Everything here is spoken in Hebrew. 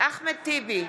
אחמד טיבי,